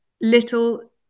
little